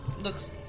looks